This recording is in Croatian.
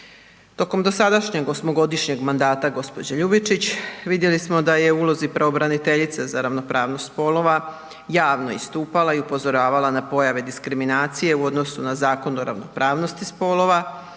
Tokom dosadašnjeg osmogodišnjeg mandata gđe. Ljubičić vidjeli smo da je u ulozi pravobraniteljice za ravnopravnost spolova javno istupala i upozoravala na pojave diskriminacije u odnosu na Zakon o ravnopravnosti spolova,